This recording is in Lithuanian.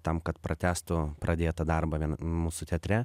tam kad pratęstų pradėtą darbą vien mūsų teatre